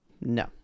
no